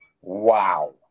Wow